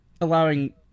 allowing